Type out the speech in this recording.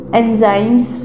enzymes